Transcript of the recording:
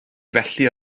felly